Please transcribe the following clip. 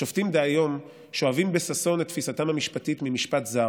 השופטים דהיום שואבים בששון את תפיסתם המשפטית ממשפט זר.